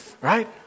Right